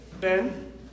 Ben